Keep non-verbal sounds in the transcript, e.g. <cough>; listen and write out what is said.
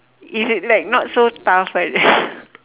is it like not so tough right the <laughs>